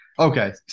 Okay